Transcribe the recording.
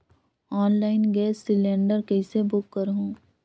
Online gas cylinder कइसे book करहु?